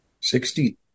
Sixty